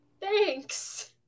thanks